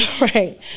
Right